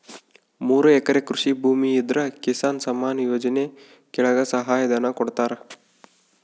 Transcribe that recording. ಮೂರು ಎಕರೆ ಕೃಷಿ ಭೂಮಿ ಇದ್ರ ಕಿಸಾನ್ ಸನ್ಮಾನ್ ಯೋಜನೆ ಕೆಳಗ ಸಹಾಯ ಧನ ಕೊಡ್ತಾರ